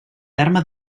terme